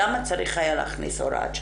למה צריך היה להכניס הוראת שעה.